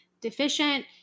deficient